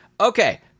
okay